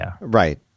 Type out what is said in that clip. Right